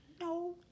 No